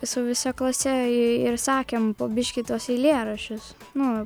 su visa klase ir sakėm po biškį tuos eilėraščius nu